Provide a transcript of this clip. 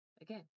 Again